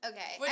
Okay